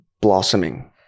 blossoming